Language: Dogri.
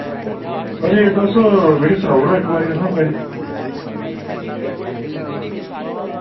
रेट तुस मिकी सनाउड़ो इक बारी कन्फर्म करियै